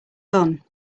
gun